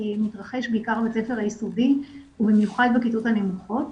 מתרחש בעיקר בבית הספר היסודי ובמיוחד בכיתות הנמוכות,